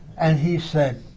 and he said,